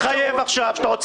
תתחייב עכשיו לקבל